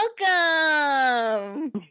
Welcome